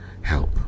help